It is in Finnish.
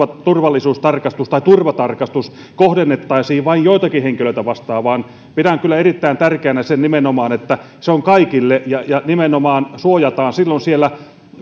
turvallisuustarkastus tai turvatarkastus kohdennettaisiin vain joitakin henkilöitä vastaan pidän kyllä erittäin tärkeänä sen nimenomaan että se on kaikille ja nimenomaan suojataan silloin siellä